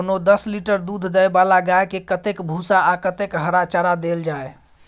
कोनो दस लीटर दूध दै वाला गाय के कतेक भूसा आ कतेक हरा चारा देल जाय?